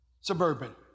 suburban